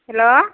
hello